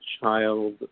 child